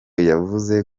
yavuze